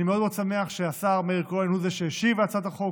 אני מאוד מאוד שמח שהשר מאיר כהן הוא זה שמשיב להצעת החוק.